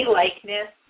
likeness